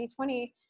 2020